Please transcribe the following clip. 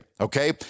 okay